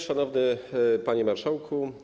Szanowny Panie Marszałku!